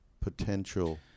potential